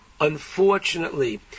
unfortunately